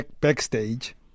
backstage